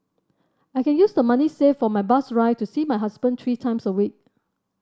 i can use the money saved for my bus ride to see my husband three times a week